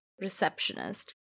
receptionist